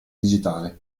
digitale